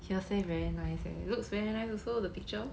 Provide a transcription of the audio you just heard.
hearsay very nice leh looks very nice also the picture